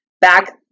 back